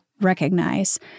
recognize